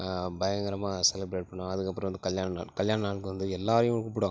பயங்கரமாக செலிபிரேட் பண்ணுவாங்க அதுக்கப்புறம் வந்து கல்யாண நாள் கல்யாண நாளுக்கு வந்து எல்லாரையும் கூப்பிடுவாங்க